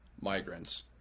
migrants